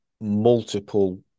multiple